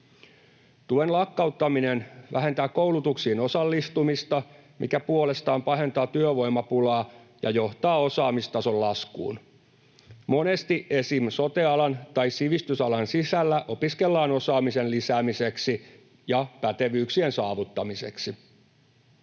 Tuen lakkauttaminen vähentää koulutuksiin osallistumista, mikä puolestaan pahentaa työvoimapulaa ja johtaa osaamistason laskuun. Monesti esimerkiksi sote-alan tai sivistysalan sisällä opiskellaan osaamisen lisäämiseksi ja pätevyyksien saavuttamiseksi.